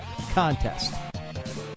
contest